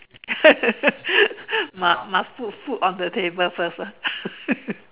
must must put food on the table first ah